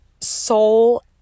soul